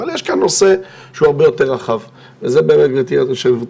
אבל יש כאן נושא שהוא הרבה יותר רחב וזה באמת גבירתי היו"ר,